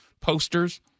posters